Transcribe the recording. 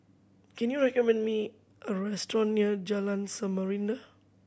can you recommend me a restaurant near Jalan Samarinda